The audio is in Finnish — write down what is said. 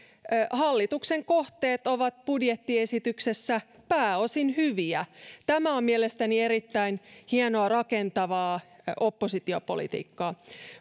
hallituksen kohteet ovat budjettiesityksessä pääosin hyviä tämä on mielestäni erittäin hienoa ja rakentavaa oppositiopolitiikkaa